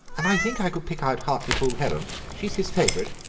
and i think i could pick out hartlepool helen she's his favourite.